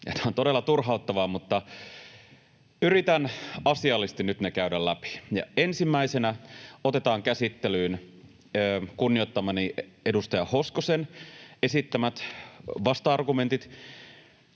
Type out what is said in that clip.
tämä on todella turhauttavaa, mutta yritän asiallisesti nyt ne käydä läpi. Ensimmäisinä otetaan käsittelyyn kunnioittamani edustaja Hoskosen esittämät vasta-argumentit.